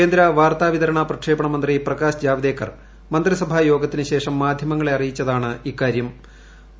കേന്ദ്ര വാർത്താവിതരണ പ്രക്ഷേപണ മന്ത്രി പ്രകാശ് ജാവ്ദേക്കർ മന്ത്രിസഭായോഗത്തിനു ശേഷം മാധൃമങ്ങളെ അറിയിച്ചതാണ് ഇക്കാരൃം